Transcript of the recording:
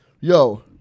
Yo